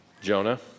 Jonah